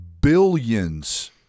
Billions